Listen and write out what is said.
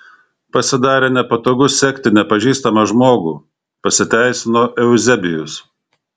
pasidarė nepatogu sekti nepažįstamą žmogų pasiteisino euzebijus